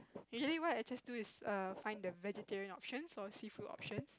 usually what I just do is err find the vegetarian options or seafood options